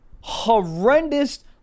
horrendous